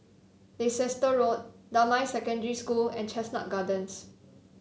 Leicester Road Damai Secondary School and Chestnut Gardens